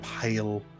pale